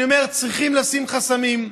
אני אומר: צריכים לשים חסמים,